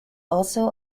also